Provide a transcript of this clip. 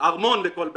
ארמון לכל אדם.